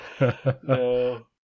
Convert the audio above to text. No